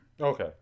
Okay